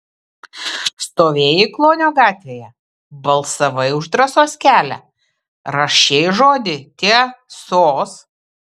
stovėjai klonio gatvėje balsavai už drąsos kelią rašei žodį tie sos